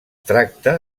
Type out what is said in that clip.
tracta